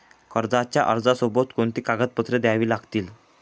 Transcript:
कर्जाच्या अर्जासोबत कोणती कागदपत्रे द्यावी लागतील?